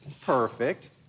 Perfect